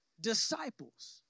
disciples